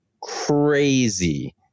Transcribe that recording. Crazy